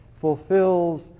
fulfills